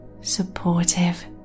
supportive